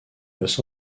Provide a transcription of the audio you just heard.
los